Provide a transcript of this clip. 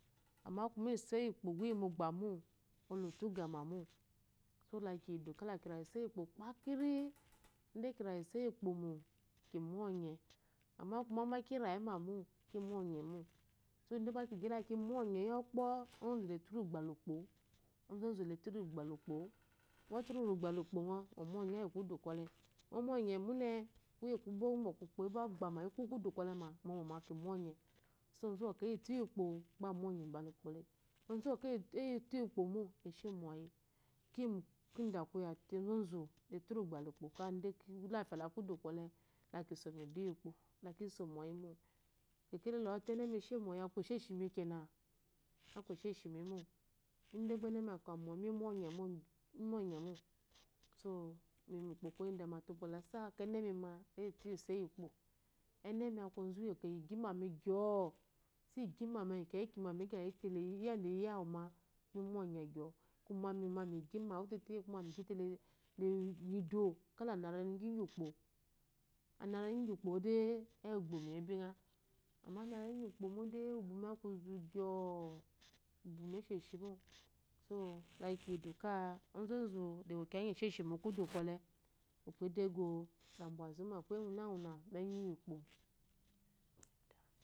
Amma kuma gba iso. yiukpo iyi mogbamo oloto ugema mo so lakiyidu kalakirale isayiyupo kpakin ide gba kirala iso yi ukpo ki monye amma kume gbe kiragɔ mamo kimonyemo so idagba kigyite laki monye iyokpo ozozu le tunu gbala ukpowu onzozu le tune gba la ukpowu ngo turu gbala ukpongo ngo monye yi kudu kwɔle nhgo monye mune kuye gu ukpo agbaba ebo eku kudu kwɔle ma mwmo me ki mm onye sai ozuwokw eyitu yu ukpo gbe amonye bala ukpole onzu ne yitukpo mo eshe moyi kimie kidakoyate onzuzu te turu gbe la ukpo ka kilaya lakudu kwɔle laki so midu iyi ukpo lkiso moyimo kekelele ɔte enemi eshe moyi aku esheshimi kena aku esheshi mino idegba enemi aka moyi minonye mo so miy mu ukpo koya idan mate ukpo lasa ke enemi le yitu iso yikkupo enmi aku pzuheyi ighime mi gyoo ko igyima mi enyi keki yedete eyiyi aruma mimu onye gye gyoo kuma mimi miyi igyme wtete kuma migyite le yide kalana renu igyukpo ana renu gyi ukpode edu igbomeye binga ana ana renu gyi ukpo mode ubumi aku uzu gyoo ubumi eshehimo so lakwyi oluka ozozulewo kiya gyi eshshi mi kudu kwɔle ukpo edogo lebwe zuma kuye guna guna mu enyi yiukpo